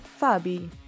Fabi